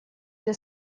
для